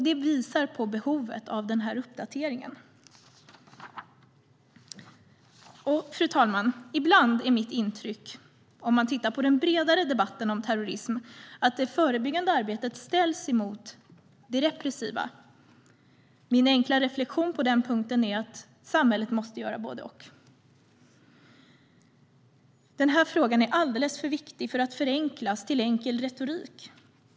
Det visar på behovet av den här uppdateringen. Fru talman! Ibland är mitt intryck av den bredare debatten om terrorism att det förebyggande arbetet ställs emot det repressiva. Min enkla reflektion på den punkten är att samhället måste göra både och. Den här frågan är alldeles för viktig för att förenklas till enkel retorik.